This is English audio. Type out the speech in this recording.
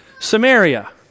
Samaria